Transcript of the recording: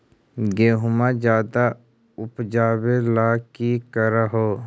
गेहुमा ज्यादा उपजाबे ला की कर हो?